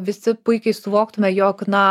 visi puikiai suvoktume jog na